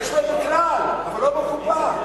יש לו, אבל לא בקופה.